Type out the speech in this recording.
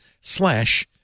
slash